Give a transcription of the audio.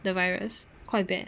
the virus quite bad